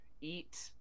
eat